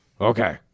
Okay